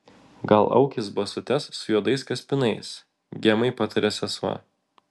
gal aukis basutes su juodais kaspinais gemai patarė sesuo